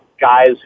guys